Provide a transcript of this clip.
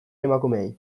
emakumeei